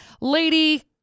Lady